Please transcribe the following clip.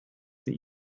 that